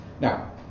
Now